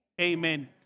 amen